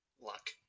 Luck